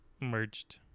merged